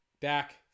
Dak